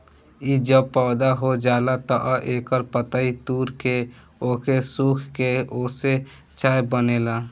इ जब पौधा हो जाला तअ एकर पतइ तूर के ओके सुखा के ओसे चाय बनेला